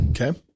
Okay